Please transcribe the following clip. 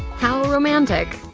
how romantic?